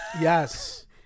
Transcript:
Yes